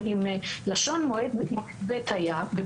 אם לשון במועד ב' היה,